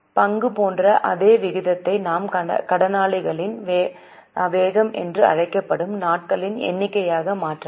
பங்கு போன்ற அதே விகிதத்தை நாம் கடனாளிகளின் வேகம் என்றும் அழைக்கப்படும் நாட்களின் எண்ணிக்கையாக மாற்றலாம்